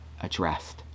addressed